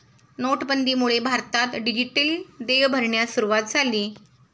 नोटाबंदीमुळे भारतात डिजिटल देय भरण्यास सुरूवात झाली